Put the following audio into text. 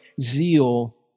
zeal